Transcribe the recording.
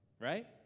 right